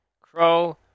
Crow